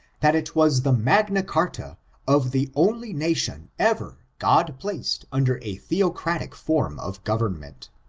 that it was the magna charta of the only nation ever god placed under a theocratic form of government.